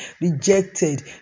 rejected